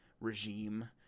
regime